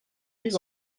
mis